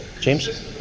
James